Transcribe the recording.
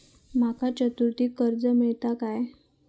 माका चतुर्थीक कर्ज मेळात काय?